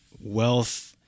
wealth